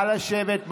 נא לשבת.